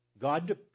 God